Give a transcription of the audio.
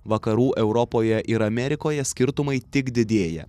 vakarų europoje ir amerikoje skirtumai tik didėja